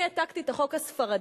אני העתקתי את החוק הספרדי,